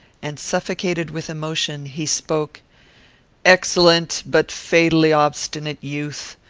and suffocated with emotion, he spoke excellent but fatally-obstinate youth!